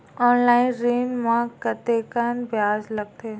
Online ऋण म कतेकन ब्याज लगथे?